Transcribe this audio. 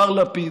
מר לפיד?